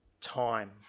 time